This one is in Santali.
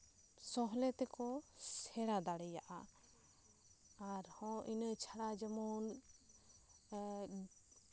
ᱥᱚᱦᱞᱮ ᱛᱮᱠᱚ ᱥᱮᱬᱟ ᱫᱟᱲᱮᱭᱟᱜᱼᱟ ᱟᱨᱦᱚᱸ ᱤᱱᱟᱹ ᱪᱷᱟᱲᱟ ᱡᱮᱢᱚᱱ ᱮᱸᱜ